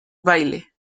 baile